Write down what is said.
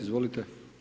Izvolite.